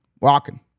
walking